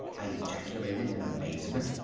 i ejaculated in amazement,